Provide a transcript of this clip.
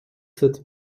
sept